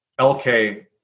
LK